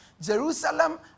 Jerusalem